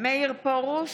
מאיר פרוש,